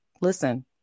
listen